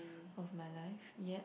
of my life yet